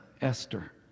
Esther